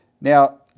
Now